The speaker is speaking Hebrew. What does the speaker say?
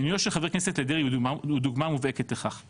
מינויו של חבר הכנסת דרעי הוא דוגמה מובהקת לכך.